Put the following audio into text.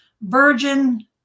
virgin